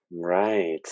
Right